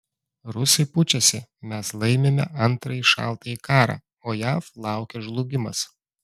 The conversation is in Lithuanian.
rusai pučiasi mes laimime antrąjį šaltąjį karą o jav laukia žlugimas